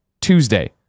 tuesday